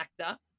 actor